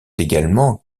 également